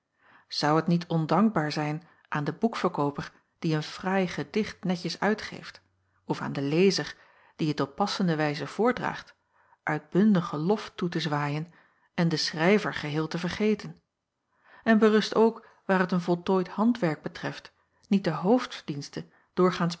zou het niet ondankbaar zijn aan den boekverkooper die een fraai gedicht netjes uitgeeft of aan den lezer die het op passende wijze voordraagt uitbundigen lof toe te zwaaien en den schrijver geheel te jacob van ennep laasje evenster en berust ook waar t een voltooid handwerk betreft niet de hoofdverdienste doorgaans